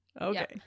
Okay